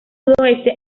sudoeste